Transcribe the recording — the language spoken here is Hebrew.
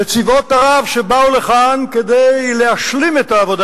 וצבאות ערב שבאו לכאן כדי להשלים את העבודה